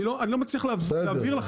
אני לא אני לא מצליח להעביר לכם -- בסדר,